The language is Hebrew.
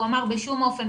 והוא אמר: בשום אופן,